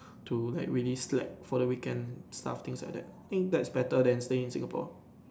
to like release slack for the weekend stuff things like that I think that's better than staying in Singapore